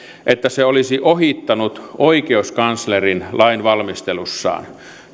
että se olisi ohittanut oikeuskanslerin lainvalmistelussaan